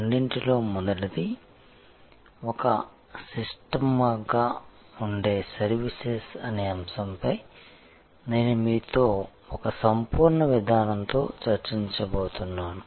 అన్నింటిలో మొదటిది ఒక సిస్టమ్గా ఉండే సర్వీసెస్ అనే అంశంపై నేను మీతో ఒక సంపూర్ణ విధానంతో చర్చించబోతున్నాను